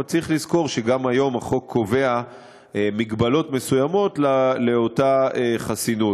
אבל צריך לזכור שגם היום החוק קובע מגבלות מסוימות על אותה חסינות,